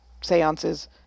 seances